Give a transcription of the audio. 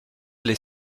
les